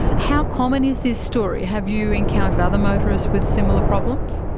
how common is this story? have you encountered other motorists with similar problems?